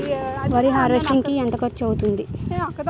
వరి హార్వెస్టింగ్ కి ఎంత ఖర్చు అవుతుంది?